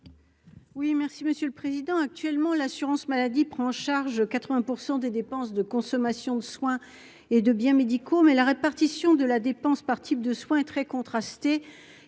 Oui, merci Monsieur le Président, actuellement, l'assurance maladie prend en charge 80 % des dépenses de consommation de soins et de biens médicaux mais la répartition de la dépense par type de soins très contrastées